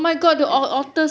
yes